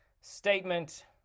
statement